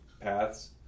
paths